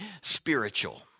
spiritual